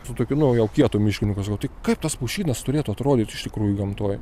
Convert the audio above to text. su tokiu nu jau kietu miškininku sakau tai kaip tas pušynas turėtų atrodyt iš tikrųjų gamtoj